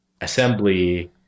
assembly